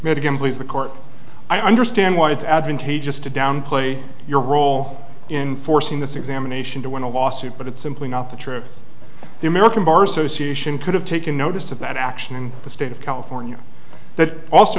met again please the court i understand why it's advantageous to downplay your role in forcing this examination to win a lawsuit but it's simply not the true of the american bar association could have taken notice of that action in the state of california that also